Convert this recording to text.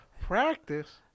Practice